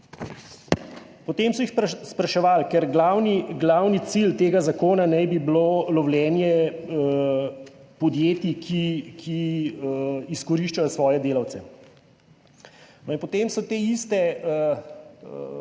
Potem so jih spraševali, ker glavni cilj tega zakona naj bi bilo lovljenje podjetij, ki izkoriščajo svoje delavce. No in potem so te iste